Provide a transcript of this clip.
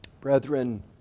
Brethren